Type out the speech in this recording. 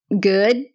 good